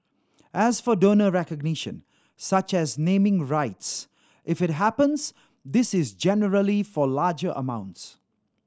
as for donor recognition such as naming rights if it happens this is generally for larger amounts